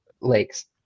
lakes